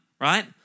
right